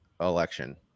election